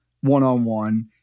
one-on-one